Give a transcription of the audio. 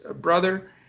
brother